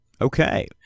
Okay